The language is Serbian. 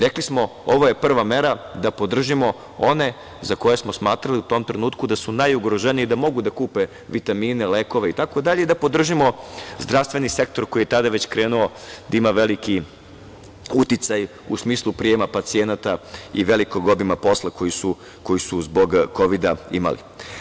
Rekli smo – ovo je prva mera da podržimo one za koje smo smatrali u tom trenutku da su najugroženiji, da mogu da kupe vitamine, lekove itd, i da podržimo zdravstveni sektor koji je tada već krenuo da ima veliki uticaj u smislu prijema pacijenata i velikog obima posla koji su zbog kovida imali.